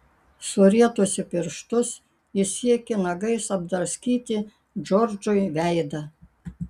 surietusi pirštus ji siekė nagais apdraskyti džordžui veidą